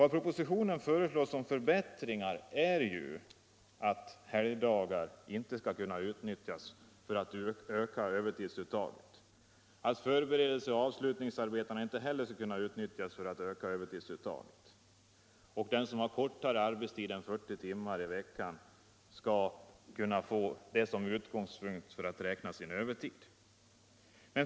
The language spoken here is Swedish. De förbättringar som föreslås i propositionen är att helgdagar inte skall kunna utnyttjas för att utöka övertidsuttaget, att förberedelseoch avslutningsarbetena inte heller skall kunna utnyttjas för att utöka övertidsuttaget och att den som har kortare arbetstid än 40 timmar i veckan skall kunna få använda denna kortare arbetstid som utgångspunkt vid beräkning av sin övertid.